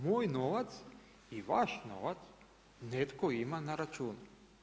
Moj novac i vaš novac netko ima na računu.